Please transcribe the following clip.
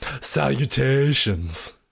Salutations